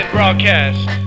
broadcast